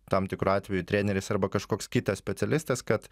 tam tikru atveju treneris arba kažkoks kitas specialistas kad